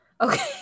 Okay